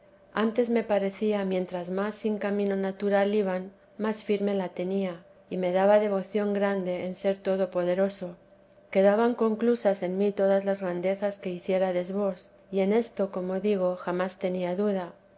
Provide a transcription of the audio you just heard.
antes me parecía mientras más sin camino natural iban más firme la tenía y me daba devoción grande en ser todo poderoso quedaban conclusas en mí todas las grandezas que hiciérades vos y en esto como digo jamás tenía duda